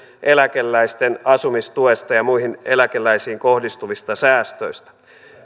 eläkeläisten asumistuesta ja muista eläkeläisiin kohdistuvista säästöistä